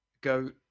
go